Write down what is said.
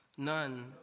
None